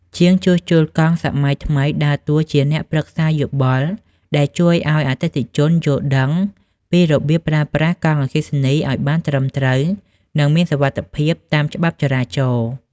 ជាងជួសជុលកង់សម័យថ្មីដើរតួជាអ្នកប្រឹក្សាយោបល់ដែលជួយឱ្យអតិថិជនយល់ដឹងពីរបៀបប្រើប្រាស់កង់អគ្គិសនីឱ្យបានត្រឹមត្រូវ និងមានសុវត្ថិភាពតាមច្បាប់ចរាចរណ៍។